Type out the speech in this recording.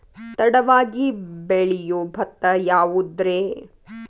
ತಡವಾಗಿ ಬೆಳಿಯೊ ಭತ್ತ ಯಾವುದ್ರೇ?